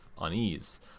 unease